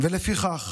לפיכך